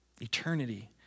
Eternity